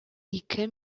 ике